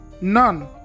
none